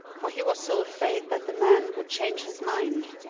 for he was so afraid that the man would change his mind,